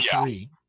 three